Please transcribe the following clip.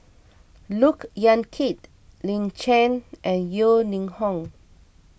Look Yan Kit Lin Chen and Yeo Ning Hong